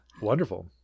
wonderful